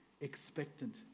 expectant